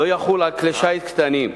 לא יחול על כלי שיט קטנים,